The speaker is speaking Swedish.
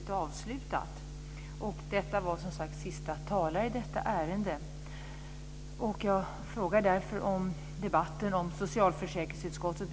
Men vi får säkert väldigt många frågor att diskutera i utskottet.